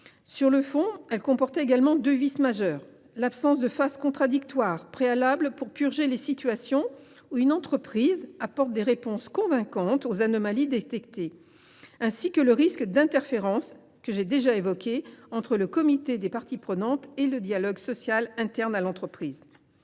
Sur le fond, elle comportait également deux vices majeurs : d’une part, l’absence de phase contradictoire préalable permettant de purger les situations où une entreprise apporte des réponses convaincantes aux anomalies détectées ; d’autre part, le risque d’interférence, que j’ai déjà évoqué, entre le comité des parties prenantes et le dialogue social interne à l’entreprise.